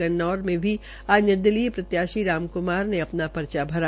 गन्नौर में भी आज निर्दलीय प्रत्याशी राम कुमार ने अपना परचा भरा